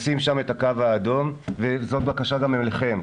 לשים שם את הקו האדום, וזאת הבקשה גם אליכם.